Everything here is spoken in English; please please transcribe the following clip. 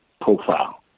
profile